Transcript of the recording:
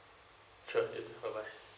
sure bye bye